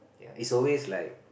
ya is always like